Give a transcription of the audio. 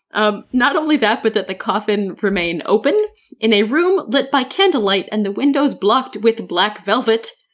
ah not only that but that the coffin remain open in a room lit by candlelight and the windows blocked with black velvet,